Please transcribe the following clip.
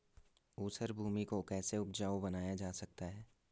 ऊसर भूमि को कैसे उपजाऊ बनाया जा सकता है?